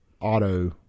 auto